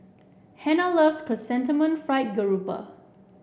Hannah loves Chrysanthemum Fried Grouper